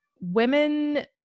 women